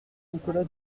nicolas